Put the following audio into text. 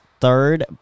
third